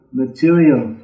material